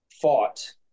fought